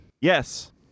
Yes